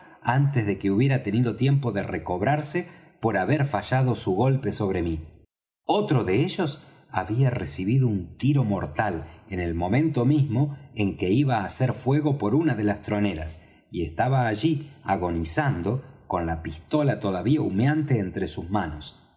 antes de que hubiera tenido tiempo de recobrarse por haber fallado su golpe sobre mí otro de ellos había recibido un tiro mortal en el momento mismo en que iba á hacer fuego por una de las troneras y estaba allí agonizando con la pistola todavía humeante entre sus manos